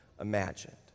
imagined